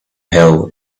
hill